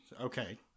Okay